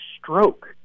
stroke